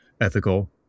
ethical